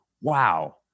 wow